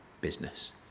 business